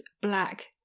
black